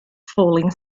falling